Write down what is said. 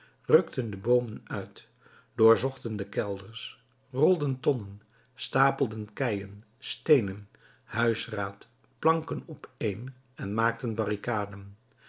rukten de boomen uit doorzochten de kelders rolden tonnen stapelden keien steenen huisraad planken opeen en maakten barricaden